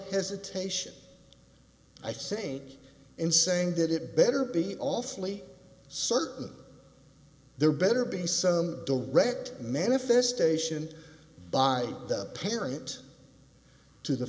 hesitation i think in saying that it better be awfully certain there better be some direct manifestation by the parent to the